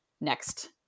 next